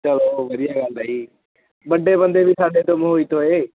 ਚਲੋ ਵਧੀਆ ਗੱਲ ਹੈ ਜੀ ਵੱਡੇ ਬੰਦੇ ਵੀ ਸਾਡੇ ਤੋਂ ਮੋਹਿਤ ਹੋਏ